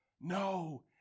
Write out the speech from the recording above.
No